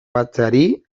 batzeari